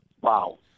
Wow